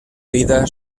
vida